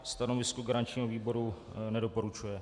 Stanovisko garančního výboru: nedoporučuje.